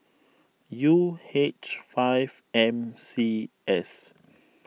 U H five M C S